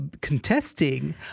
contesting